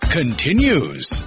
continues